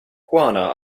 iguana